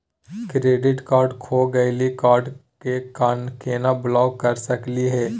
Credit card खो गैली, card क केना ब्लॉक कर सकली हे?